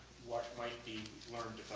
what might be learned